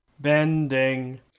Bending